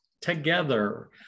together